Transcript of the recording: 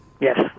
Yes